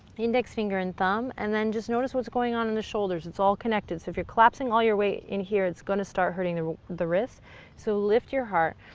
the index finger and thumb and then just notice what's going on in the shoulders, it's all connected, so if you're collapsing all your weight in here it's going to start hurting the the wrists so lift your heart,